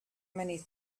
many